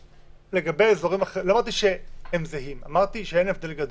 לא אמרתי שהם זהים, אמרתי שאין הבדל גדול.